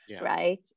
Right